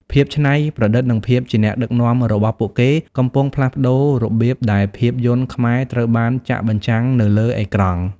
ភាពច្នៃប្រឌិត និងភាពជាអ្នកដឹកនាំរបស់ពួកគេកំពុងផ្លាស់ប្តូររបៀបដែលភាពយន្តខ្មែរត្រូវបានចាក់បញ្ជាំងនៅលើអេក្រង់។